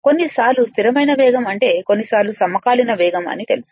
కొన్నిసార్లు స్థిరమైన వేగం అంటే కొన్నిసార్లు సమకాలీన వేగం అని తెలుసు